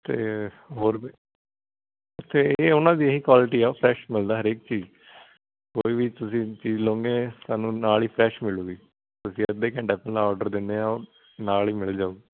ਅਤੇ ਹੋਰ ਵੀ ਅਤੇ ਇਹ ਉਹਨਾਂ ਦੀ ਹੀ ਕੁਆਲਟੀ ਆ ਫਰੈੱਸ਼ ਮਿਲਦਾ ਹਰੇਕ ਚੀਜ਼ ਕੋਈ ਵੀ ਤੁਸੀਂ ਚੀਜ਼ ਲਓਂਗੇ ਸਾਨੂੰ ਨਾਲ ਹੀ ਫਰੈੱਸ਼ ਮਿਲੂਗੀ ਤੁਸੀਂ ਅੱਧੇ ਘੰਟਾ ਪਹਿਲਾਂ ਓਡਰ ਦਿੰਦੇ ਹੋ ਨਾਲ ਹੀ ਮਿਲ ਜਾਊ